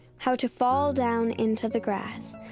how to fall down into the grass,